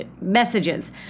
messages